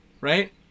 Right